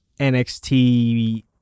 nxt